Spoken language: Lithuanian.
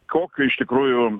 kokio iš tikrųjų